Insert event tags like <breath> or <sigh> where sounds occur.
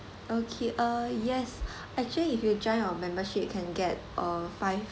okay uh yes <breath> actually if you join our membership you can get uh five